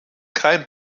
kein